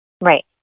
right